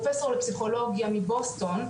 פרופסור לפסיכולוגיה מבוסטון,